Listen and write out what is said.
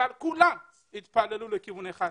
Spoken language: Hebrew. אבל כולם התפללו לכיוון אחד,